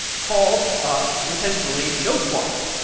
called intentionally no swap.